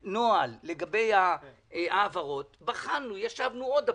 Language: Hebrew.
לגבי ההעברות, בחנו וישבנו עוד הפעם,